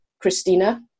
Christina